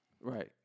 Right